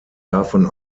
davon